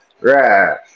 Right